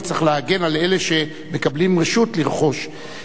וצריך להגן על אלה שמקבלים רשות לרכוש,